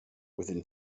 within